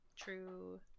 true